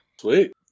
Sweet